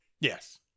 Yes